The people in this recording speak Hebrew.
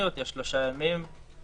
אלקטרוניות יש שלושה ימים לבנקים.